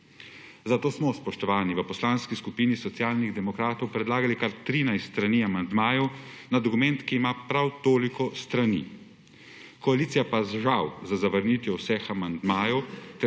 Zato smo, spoštovani, v Poslanski skupini Socialnih demokratov predlagali kar 13 strani amandmajev na dokument, ki ima prav toliko strani. Koalicija pa žal z zavrnitvijo vseh amandmajev